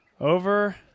over